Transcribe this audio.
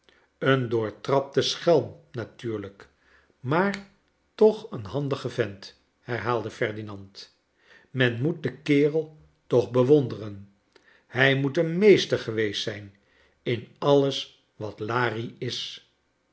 een doortrapte schelm natuurlijk maar toch een handige vent herhaalde ferdinand men moet den kerel toch bewonderen hij moet een meester geweest zijn in alles wat larie is